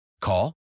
Call